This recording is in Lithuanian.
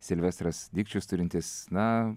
silvestras dikčius turintis na